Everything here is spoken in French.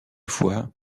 fois